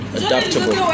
adaptable